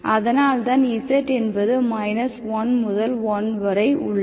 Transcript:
அதனால்தான் z என்பது 1 முதல் 1 வரை உள்ளது